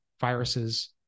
viruses